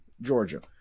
Georgia